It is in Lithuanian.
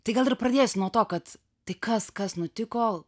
tai gal ir pradėsiu nuo to kad tai kas kas nutiko